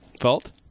fault